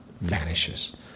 vanishes